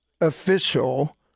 official